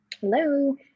Hello